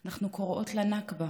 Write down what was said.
אנחנו קוראות לה נכבה.